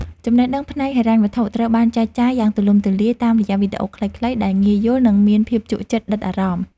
ចំណេះដឹងផ្នែកហិរញ្ញវត្ថុត្រូវបានចែកចាយយ៉ាងទូលំទូលាយតាមរយៈវីដេអូខ្លីៗដែលងាយយល់និងមានភាពជក់ចិត្តដិតអារម្មណ៍។